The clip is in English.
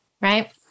right